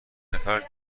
نفر